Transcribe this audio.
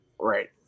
Right